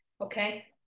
Okay